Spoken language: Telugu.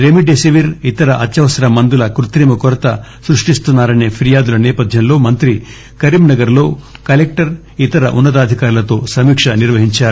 రెమిడెసివిర్ ఇతర అత్యవసర మందుల కృత్రిమ కొరత సృష్షిస్తున్నా రసే పిర్యాదుల నేపథ్యంలో మంత్రి కరింనగర్లో కలెక్టర్ ఇతర ఉన్న తాధికారులతో సమీక్ష నిర్వహించారు